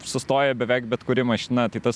sustoja beveik bet kuri mašina tai tas